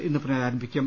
ഇന്ന് പുനരാരംഭിക്കും